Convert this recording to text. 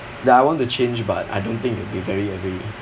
that I want to change but I don't think it'll be very very